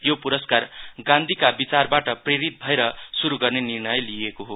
यो पुरस्कार गान्धीका विचारबाट प्रेरित भएर शुरु गर्ने निणर्य लिइएको हो